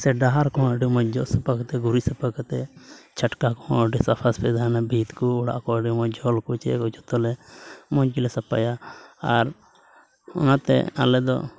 ᱥᱮ ᱰᱟᱦᱟᱨ ᱠᱚᱦᱚᱸ ᱟᱹᱰᱤ ᱢᱚᱡᱽ ᱡᱚᱜᱽ ᱥᱟᱯᱷᱟ ᱠᱟᱛᱮ ᱜᱩᱨᱩᱡ ᱥᱟᱯᱷᱟ ᱠᱟᱛᱮ ᱪᱷᱟᱴᱠᱟ ᱠᱚᱦᱚᱸ ᱟᱹᱰᱤ ᱥᱟᱯᱷᱟ ᱥᱟᱹᱯᱷᱤ ᱛᱟᱦᱮᱱᱟ ᱵᱷᱤᱛ ᱠᱚ ᱚᱲᱟᱜ ᱠᱚ ᱟᱹᱰᱤ ᱢᱚᱡᱽ ᱡᱷᱚᱞ ᱠᱚ ᱡᱚᱛᱚᱞᱮ ᱢᱚᱡᱽ ᱜᱮᱞᱮ ᱥᱟᱯᱟᱭᱟ ᱟᱨ ᱚᱱᱟᱛᱮ ᱟᱞᱮ ᱫᱚ